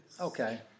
okay